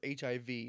HIV